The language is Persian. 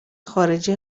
خارجی